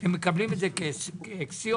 מקבלים את זה כאקסיומה?